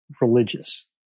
religious